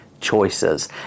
choices